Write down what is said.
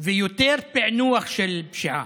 ויותר פענוח של פשיעה,